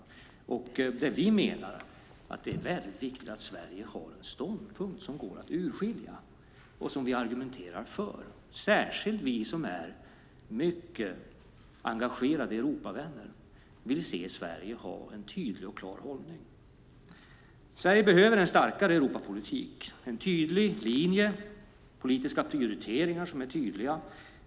Vi menar att det är viktigt att Sverige har en ståndpunkt som går att urskilja och som vi argumenterar för. Särskilt vi som är mycket engagerade Europavänner vill se Sverige ha en tydlig och klar hållning. Sverige behöver en starkare Europapolitik, en tydlig linje, politiska prioriteringar som är tydliga.